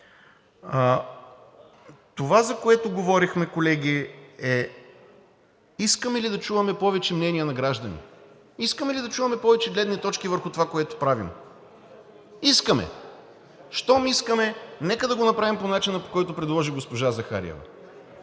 Това, за което говорехме, колеги, е искаме ли да чуваме повече мнения на граждани, искаме ли да чуваме повече гледни точки върху това, което правим? Искаме. Щом искаме, нека да го направим по начина, по който предложи госпожа Захариева.